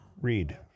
read